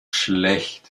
schlecht